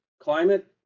climate